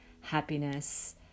happiness